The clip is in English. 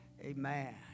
Amen